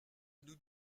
nous